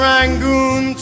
Rangoon